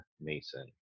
Mason